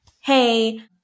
hey